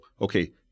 Okay